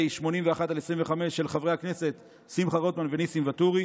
פ/81/25, של חברי הכנסת שמחה רוטמן וניסים ואטורי,